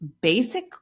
basic